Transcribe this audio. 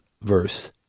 verse